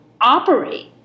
operate